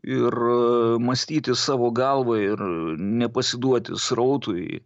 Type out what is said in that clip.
ir mąstyti savo galva ir nepasiduoti srautui